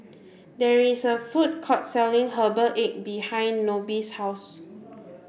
there is a food court selling herbal egg behind Nobie's house